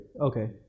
Okay